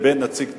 ובין נציג טורקיה,